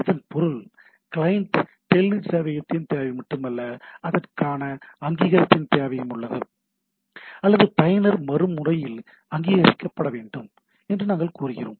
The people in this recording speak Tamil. இதன் பொருள் கிளையன்ட் டெல்நெட் சேவையகத்தின் தேவை மட்டுமல்ல அதற்கான அங்கீகாரத்தின் தேவையும் உள்ளது அல்லது பயனர் மறு முனையில் அங்கீகரிக்கப்பட வேண்டும் என்று நாங்கள் கூறுகிறோம்